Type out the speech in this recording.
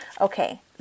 Okay